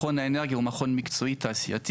מכון האנרגיה הוא מכון מקצועי תעשייתי,